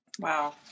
Wow